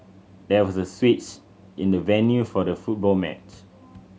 there was a switch in the venue for the football match